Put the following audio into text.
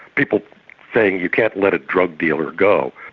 people saying you can't let a drug dealer go.